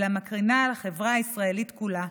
אלא מקרינה על החברה הישראלית כולה,